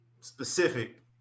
specific